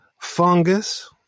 fungus